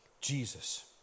Jesus